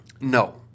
No